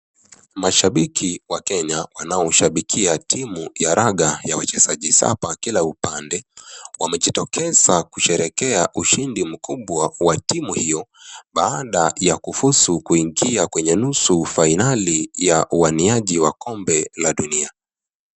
Mashabiki wa Kenya wanaoshabikia timu ya raga ya wachezaji saba kila upande, wamejitokeza kusherehekea ushindi mkubwa wa timu hiyo, baada ya kufuzu kuingia kwenye nusu fainali ya uaniaji wa kombe la dunia.